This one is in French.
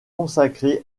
consacrée